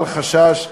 אל חשש,